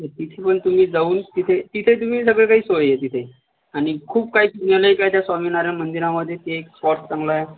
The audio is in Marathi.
तर तिथे पण तुम्ही जाऊन तिथे तिथे तुम्ही सगळं काय सोय आये तिथे आणि खूप काही तुम्हाला ही काही त्या स्वामीनारायण मंदिरामधे ते एक स्पॉट चांगला आहे